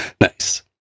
Nice